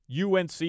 UNC